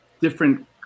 different